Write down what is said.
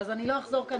אני לא אחזור על